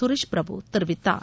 சுரேஷ் பிரபு தெரிவித்தார்